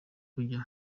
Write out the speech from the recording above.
kujya